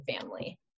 family